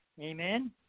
Amen